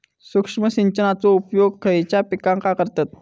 सूक्ष्म सिंचनाचो उपयोग खयच्या पिकांका करतत?